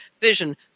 vision